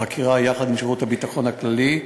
ובחקירה יחד עם שירות הביטחון הכללי,